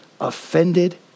offended